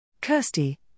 Kirsty